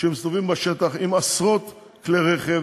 שמסתובבים בשטח עם עשרות כלי רכב,